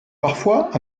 parfois